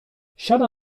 siada